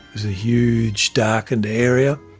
was a huge darkened area.